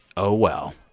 oh, well